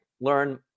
learn